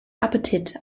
appetit